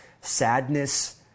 sadness